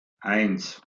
eins